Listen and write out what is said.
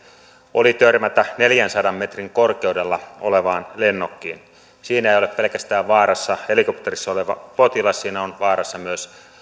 oli törmätä neljänsadan metrin korkeudella olevaan lennokkiin siinä ei ole pelkästään vaarassa helikopterissa oleva potilas siinä ovat vaarassa myös